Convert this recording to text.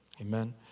Amen